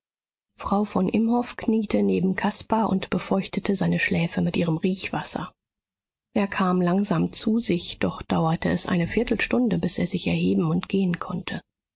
frau von imhoff kniete neben caspar und befeuchtete seine schläfe mit ihrem riechwasser er kam langsam zu sich doch dauerte es eine viertelstunde bis er sich erheben und gehen konnte